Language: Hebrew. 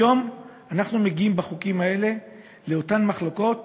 היום אנחנו מגיעים, בחוקים האלה, לאותן מחלוקות